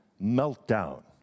Meltdown